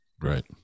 Right